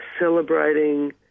celebrating